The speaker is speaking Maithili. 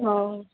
ओ